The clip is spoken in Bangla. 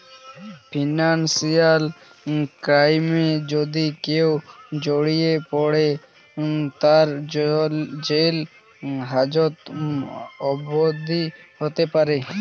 ফিনান্সিয়াল ক্রাইমে যদি কেও জড়িয়ে পরে, তার জেল হাজত অবদি হতে পারে